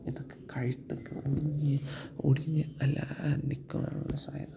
ഇതൊക്കെ കഴുത്തൊക്കെ ഒടിഞ്ഞ് ഒടിഞ്ഞ് നില്ക്കുവാനുള്ള സാധ്യത